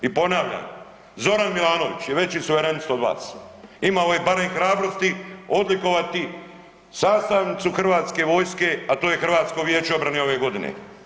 I ponavljam Zoran Milanović je veći suverenist od vas, imao je barem hrabrosti odlikovati sastavnicu Hrvatske vojske a to je Hrvatsko vijeće obrane ove godine.